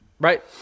right